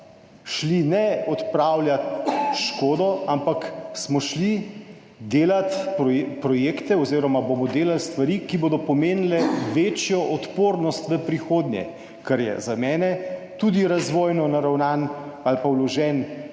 šli odpravljat škode, ampak smo šli delat projekte oziroma bomo delali stvari, ki bodo pomenile večjo odpornost v prihodnje, kar je za mene tudi razvojno naravnan ali pa vložen